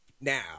Now